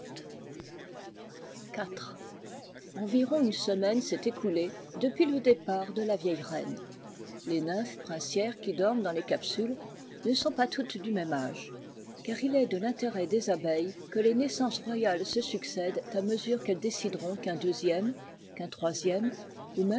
environ une semaine s'est écoulée depuis le départ de la vieille reine les nymphes princières qui dorment dans les capsules ne sont pas toutes du même âge car il est de l'intérêt des abeilles que les naissances royales se succèdent à mesure qu'elles décideront qu'un deuxième qu'un troisième